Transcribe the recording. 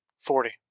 forty